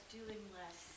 doing-less